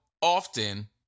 often